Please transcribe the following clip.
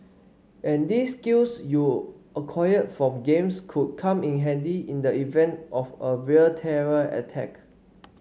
and these skills you acquired from games could come in handy in the event of a real terror attack